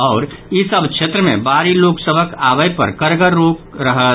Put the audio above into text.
आओर ई सभ क्षेत्र मे बाहरी लोक सभक आबय पर कड़गर रोक रहत